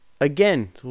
Again